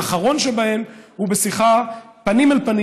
האחרון שבהם הוא בשיחה שלי פנים אל פנים